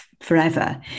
forever